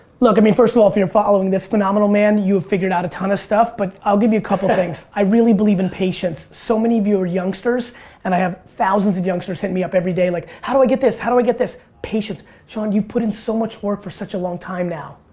look, i mean first of all if you're following this phenomenal man you have figured out a ton of stuff but i'll give you a couple things. i really believe in patience. so many of you are youngsters and i have thousands of youngsters hit me up every day like, how do i get this? how do i get this? patience. shaun, you've put in so much work for such a long time now.